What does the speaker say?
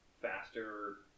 faster